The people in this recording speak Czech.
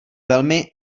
velmi